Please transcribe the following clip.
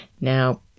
Now